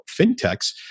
fintechs